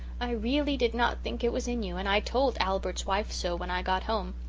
i reely did not think it was in you and i told albert's wife so when i got home.